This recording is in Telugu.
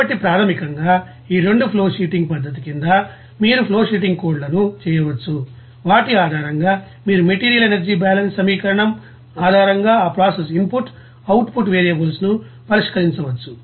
కాబట్టి ప్రాథమికంగా ఈ 2 ఫ్లోషీటింగ్ పద్ధతి కింద మీరు ఫ్లోషీటింగ్ కోడ్లను చేయవచ్చు వాటి ఆధారంగా మీరు మెటీరియల్ ఎనర్జీ బ్యాలెన్స్ సమీకరణం ఆధారంగా ఆ ప్రాసెస్ ఇన్పుట్ అవుట్పుట్ వేరియబుల్స్ను పరిష్కరించవచ్చు